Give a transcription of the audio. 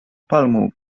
palmą